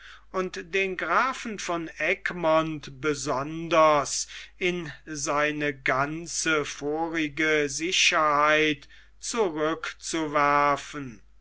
und den grafen von egmont besonders in seine ganze vorige sicherheit zurückzuwerfen